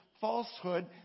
falsehood